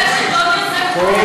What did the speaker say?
עוד יוסף חי.